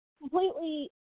completely